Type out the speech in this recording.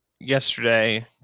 yesterday